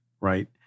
right